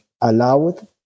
allowed